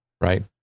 Right